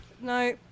No